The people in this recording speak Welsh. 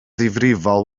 ddifrifol